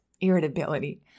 irritability